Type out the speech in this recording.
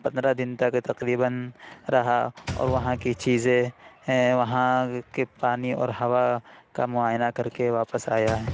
پندرہ دن تک تقریباً رہا اور وہاں کی چیزیں ہیں وہاں کے پانی اور ہوا کا معائنہ کر کے واپس آیا ہے